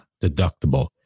deductible